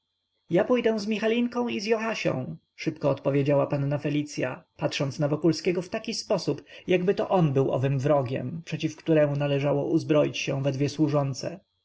ja pójdę z michalinką i z joasią szybko odpowiedziała panna felicya patrząc na wokulskiego w taki sposób jakby to on był owym wrogiem przeciw któremu należało uzbroić się we dwie służące